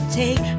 take